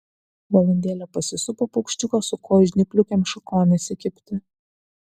valandėlę pasisupo paukščiukas su kojų žnypliukėm šakon įsikibti